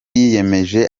yiyemeje